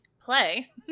play